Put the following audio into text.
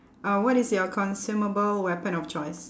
uh what is your consumable weapon of choice